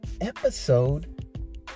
episode